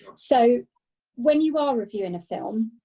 so when you are reviewing a film,